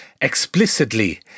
explicitly